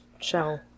shell